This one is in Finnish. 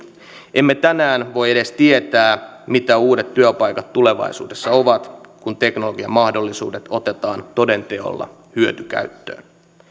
emme tänään voi edes tietää mitä uudet työpaikat tulevaisuudessa ovat kun teknologian mahdollisuudet otetaan toden teolla hyötykäyttöön